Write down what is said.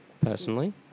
personally